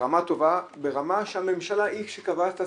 ברמה טובה, ברמה שהממשלה היא שקבעה את הסטנדרטים,